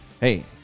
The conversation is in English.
hey